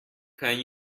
can